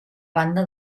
banda